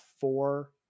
four